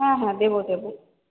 হ্যাঁ হ্যাঁ দেবো দেবো